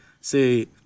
say